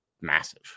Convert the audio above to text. massive